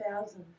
thousands